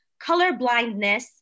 colorblindness